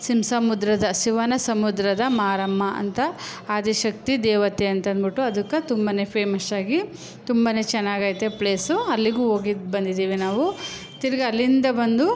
ಶಿವ ಸಮುದ್ರದ ಶಿವನ ಸಮುದ್ರದ ಮಾರಮ್ಮ ಅಂತ ಆದಿಶಕ್ತಿ ದೇವತೆ ಅಂತಂದ್ಬಿಟ್ಟು ಅದಕ್ಕೆ ತುಂಬನೇ ಫೇಮಶ್ಶಾಗಿ ತುಂಬನೇ ಚೆನ್ನಾಗೈತೆ ಪ್ಲೇಸು ಅಲ್ಲಿಗೂ ಹೋಗಿದ್ದು ಬಂದಿದ್ದೀವಿ ನಾವು ತಿರುಗ ಅಲ್ಲಿಂದ ಬಂದು